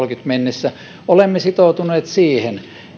mennessä olemme sitoutuneet siihen